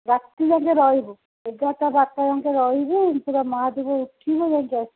ରାତି ଯାଏଁ ରହିବୁ ଏଗାରଟା ବାରଟା ଯାଏଁ ରହିବୁ ଯେତେବେଳେ ମହାଦୀପ ଉଠିବ ଯାଇକି ଆସିବୁ